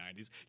90s